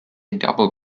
double